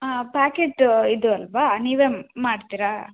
ಹಾಂ ಪ್ಯಾಕೆಟ್ ಇದು ಅಲ್ಲವಾ ನೀವೇ ಮಾಡ್ತೀರಾ